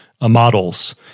models